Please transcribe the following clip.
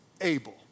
able